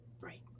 right